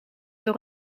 door